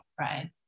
right